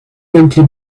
simply